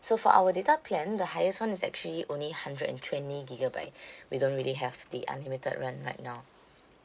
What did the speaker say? so for our data plan the highest one is actually only hundred and twenty gigabyte we don't really have the unlimited one right now